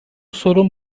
sorun